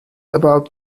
about